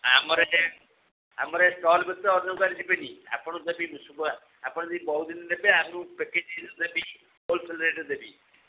ଆମର ଯେ ଆମର ଏଠୁ ଷ୍ଟଲ ବ୍ୟତୀତ ଅନ୍ୟ କୁଆଡ଼େ ଯିବେନି ଆପଣ ଯଦି ଶୀଘ୍ର ଆପଣ ଯଦି ବହୁ ଦିନ ନେବେ ହୋଲ୍ସେଲ୍ ରେଟ୍ରେ ଦେବି